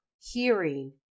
hearing